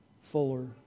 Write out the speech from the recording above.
fuller